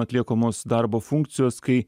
atliekamos darbo funkcijos kai